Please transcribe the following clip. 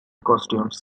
costumes